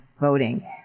voting